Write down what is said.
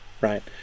right